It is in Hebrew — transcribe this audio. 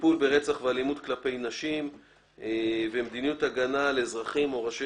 טיפול ברצח ואלימות כלפי נשים ומדיניות הגנה על אזרחים או ראשי